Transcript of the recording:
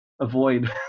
avoid